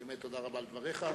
באמת תודה רבה על דבריך.